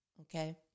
okay